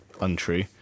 untrue